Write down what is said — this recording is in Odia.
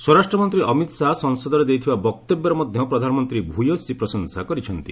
ସ୍ୱରାଷ୍ଟ୍ର ମନ୍ତ୍ରୀ ଅମିତ ଶାହା ସଂସଦରେ ଦେଇଥିବା ବକ୍ତବ୍ୟର ମଧ୍ୟ ପ୍ରଧାନମନ୍ତ୍ରୀ ଭୂୟସୀ ପ୍ରଶଂସା କରିଚ୍ଛନ୍ତି